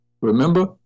Remember